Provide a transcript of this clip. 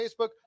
Facebook